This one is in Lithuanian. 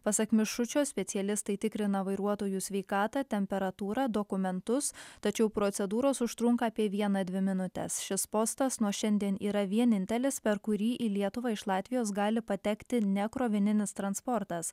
pasak mišučio specialistai tikrina vairuotojų sveikatą temperatūrą dokumentus tačiau procedūros užtrunka apie vieną dvi minutes šis postas nuo šiandien yra vienintelis per kurį į lietuvą iš latvijos gali patekti ne krovininis transportas